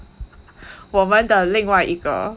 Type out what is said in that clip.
我们的另外一个